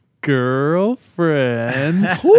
girlfriend